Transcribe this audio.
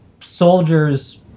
soldiers